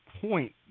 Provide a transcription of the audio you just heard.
point